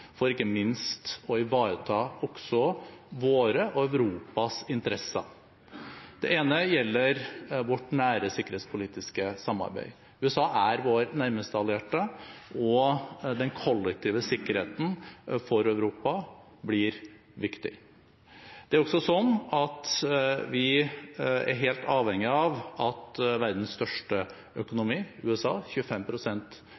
for ikke minst å ivareta også våre og Europas interesser. Det ene gjelder vårt nære sikkerhetspolitiske samarbeid. USA er vår nærmeste allierte, og den kollektive sikkerheten for Europa blir viktig. Det er også sånn at vi er helt avhengig av at verdens største